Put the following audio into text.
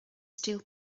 steel